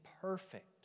perfect